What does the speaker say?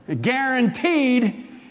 guaranteed